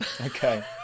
Okay